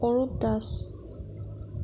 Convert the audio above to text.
Arup Das